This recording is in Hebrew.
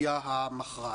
הסוגיה המכרעת.